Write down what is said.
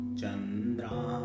Chandra